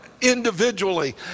individually